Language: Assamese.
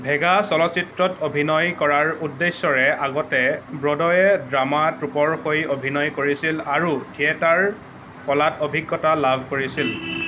ভেগা চলচ্চিত্ৰত অভিনয় কৰাৰ উদ্দেশ্যৰে আগতে ব্ৰডৱে ড্ৰামা ট্ৰুপৰ হৈ অভিনয় কৰিছিল আৰু থিয়েটাৰ কলাত অভিজ্ঞতা লাভ কৰিছিল